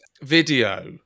video